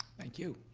thank you.